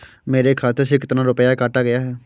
मेरे खाते से कितना रुपया काटा गया है?